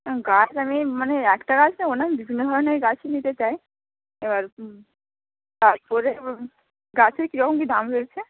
গাছ আমি মানে একটা গাছ নেবো না বিভিন্ন ধরনের গাছ নিতে চাই এবার তারপরে এবার গাছের কীরকম কী দাম রয়েছে